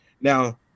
Now